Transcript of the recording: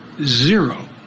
Zero